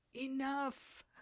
Enough